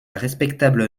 respectable